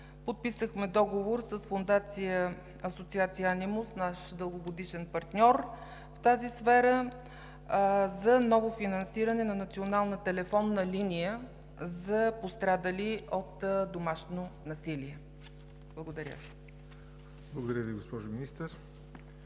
подписахме договор с Фондация „Асоциация Анимус“ – наш дългогодишен партньор в тази сфера, за ново финансиране на национална телефонна линия за пострадали от домашно насилие. Благодаря Ви. ПРЕДСЕДАТЕЛ ЯВОР НОТЕВ: Благодаря Ви, госпожо Министър.